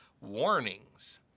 warnings